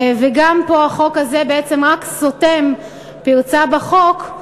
גם החוק פה בעצם רק סותם פרצה בחוק,